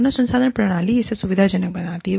मानव संसाधन प्रणाली इसे सुविधाजनक बनाती है